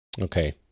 Okay